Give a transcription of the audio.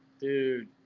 dude